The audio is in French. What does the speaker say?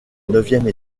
neuvième